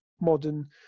modern